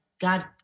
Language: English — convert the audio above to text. god